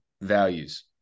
values